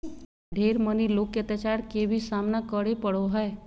ढेर मनी लोग के अत्याचार के भी सामना करे पड़ो हय